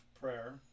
prayer